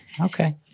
okay